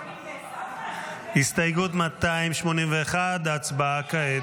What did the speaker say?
281. הסתייגות 281, הצבעה כעת.